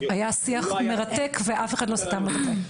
היה שיח מרתק ואף אחד לא סתם לו את הפה.